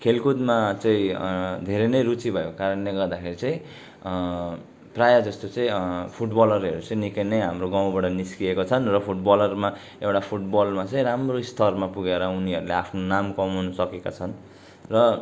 खेलकुदमा चाहिँ धेरै नै रुचि भएको कारणले गर्दाखेरि चाहिँ प्रायः जस्तो चाहिँ फुटबलरहरू चाहिँ निकै नै हाम्रो गाउँबाट निस्किएको छन् र फुटबलरमा एउटा फुटबलमा चाहिँ राम्रो स्तरमा पुगेर उनीहरूले आफ्नो नाम कमाउन सकेका छन् र